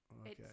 Okay